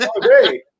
great